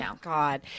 god